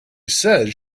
says